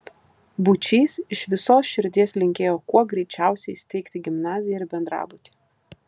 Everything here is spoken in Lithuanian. būčys iš visos širdies linkėjo kuo greičiausiai steigti gimnaziją ir bendrabutį